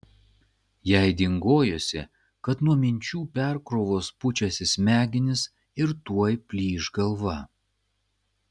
jai dingojosi kad nuo minčių perkrovos pučiasi smegenys ir tuoj plyš galva